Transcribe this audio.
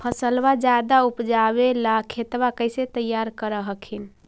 फसलबा ज्यादा उपजाबे ला खेतबा कैसे तैयार कर हखिन?